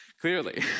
clearly